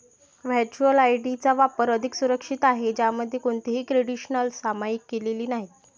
virtual ID चा वापर अधिक सुरक्षित आहे, ज्यामध्ये कोणतीही क्रेडेन्शियल्स सामायिक केलेली नाहीत